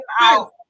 out